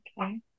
Okay